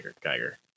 geiger